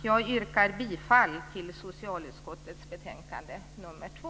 Jag yrkar bifall till hemställan i socialutskottets betänkande 2.